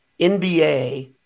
NBA